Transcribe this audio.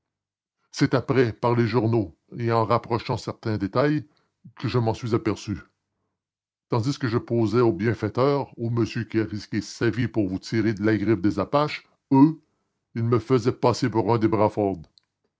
c'est après par les journaux et en rapprochant certains détails que je m'en suis aperçu tandis que je posais au bienfaiteur au monsieur qui a risqué sa vie pour vous tirer de la griffe des apaches eux ils me faisaient passer pour un des